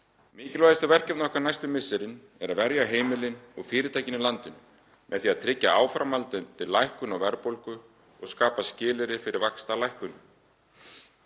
Mikilvægustu verkefni okkar næstu misserin eru að verja heimilin og fyrirtækin í landinu með því að tryggja áframhaldandi lækkun á verðbólgu og skapa skilyrði fyrir vaxtalækkun,